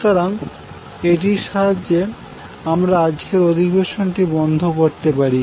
সুতরাং এটির সাহায্যে আমরা আজকের অধিবেশনটি বন্ধ করতে পারি